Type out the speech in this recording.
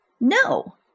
No